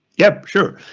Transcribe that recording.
yep, sure,